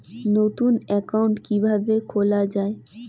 নতুন একাউন্ট কিভাবে খোলা য়ায়?